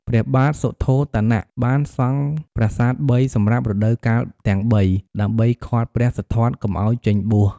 ព្រះបាទសុទ្ធោទនៈបានសង់ប្រាសាទ ៣ សម្រាប់រដូវទាំង ៣ ដើម្បីឃាត់ព្រះសិទ្ធត្ថកុំឲ្យចេញបួស។